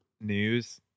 news